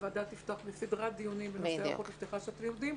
הוועדה תפתח בסדרת דיונים בנושא ההיערכות לפתיחת שנת הלימודים,